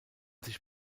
sich